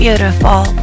Beautiful